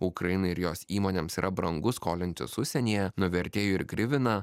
ukrainai ir jos įmonėms yra brangu skolintis užsienyje nuvertėjo ir grivina